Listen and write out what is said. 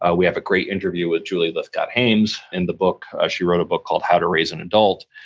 ah we have a great interview with julie lythcott-haims in the book. ah she wrote a book called how to raise an adult.